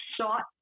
sought